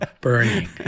burning